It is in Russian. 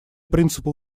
принципы